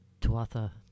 Tuatha